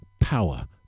Power